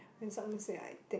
then some say I think